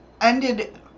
ended